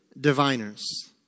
diviners